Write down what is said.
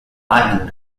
latin